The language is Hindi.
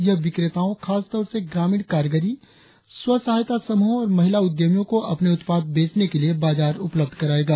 यह विक्रेताओं खास तौर से ग्रामीण कारीगरी स्व सहायता समूहों और महिला उद्यमियों को अपने उत्पाद बेचने के लिए बाजार उपलब्ध कराएगा